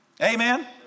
Amen